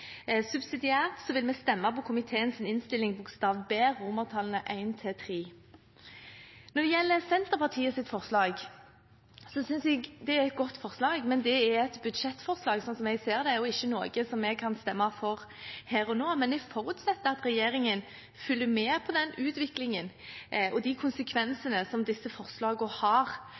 synes jeg det er godt, men det er et budsjettforslag, slik jeg ser det, og ikke noe vi kan stemme for her og nå. Men jeg forutsetter at regjeringen følger med på utviklingen og de konsekvensene som disse forslagene har